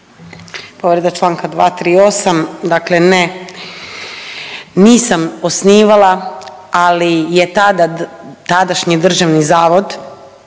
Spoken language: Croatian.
Povreda čl. 238, dakle ne, nisam osnivala, ali je tada, tadašnji Državni zavod